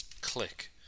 click